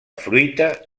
fruita